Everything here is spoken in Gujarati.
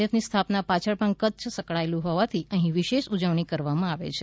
એફની સ્થાપના પાછળ પણ કચ્છ સંકળાયેલું હોવાથી અહી વિશેષ ઉજવણી જોવા મળી છે